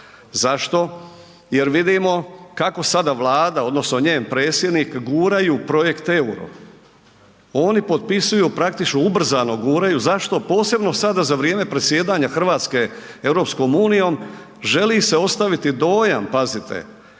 Zašto? Jer vidimo kako sada Vlada odnosno njen predsjednik guraju u projekt euro, oni potpisuju, praktično ubrzano guraju. Zašto posebno sada za vrijeme predsjedanja Hrvatske EU? Želi se ostaviti dojam, pazite.